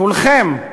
כולכם,